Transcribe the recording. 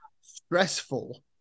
stressful